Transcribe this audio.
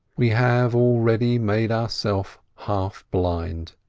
we have already made ourself half blind.